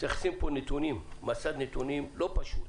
צריך לשים פה מסד נתונים לא פשוט,